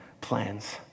plans